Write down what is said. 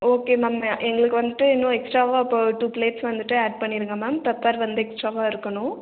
okay ma'am எங்களுக்கு வந்துட்டு இன்னும் எக்ஸ்ட்ராவாக இப்போ டூ பிளேட்ஸ் வந்துட்டு ஆட் பண்ணிருங்க மேம் பெப்பர் வந்து எக்ஸ்ட்ராவாக இருக்கணும்